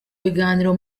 biganiro